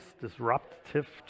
disruptive